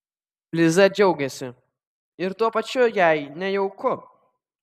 liza džiaugiasi ir tuo pačiu jai nejauku